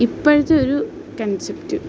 ഇപ്പോഴത്തെ ഒരു കൺസെപ്റ്റ്